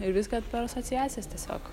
ir viską per asociacijas tiesiog